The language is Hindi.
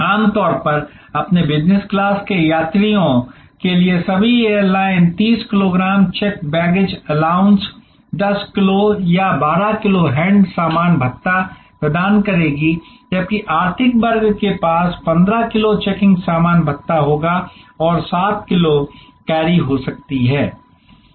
आम तौर पर अपने बिजनेस क्लास के यात्रियों के लिए सभी airlines 30 kilogram check baggage allowance 10 kilo या 12 किलो हैंड सामान भत्ता प्रदान करेगी जबकि आर्थिक वर्ग के पास 15 किलो चेकिंग सामान भत्ता होगा और 7 किलो कैरी हो सकता है